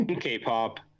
k-pop